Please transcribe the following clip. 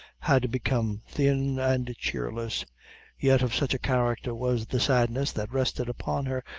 had become thin and cheerless yet of such a character was the sadness that rested upon her,